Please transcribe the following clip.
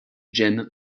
jim